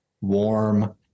warm